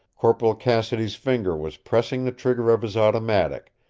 corporal cassidy's finger was pressing the trigger of his automatic,